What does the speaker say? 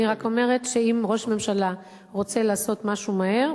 אני רק אומרת שאם ראש ממשלה רוצה לעשות משהו מהר,